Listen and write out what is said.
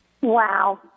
Wow